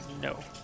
No